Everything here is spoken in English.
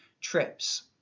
trips